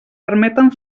permeten